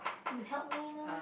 you help me mah